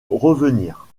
revenir